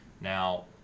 Now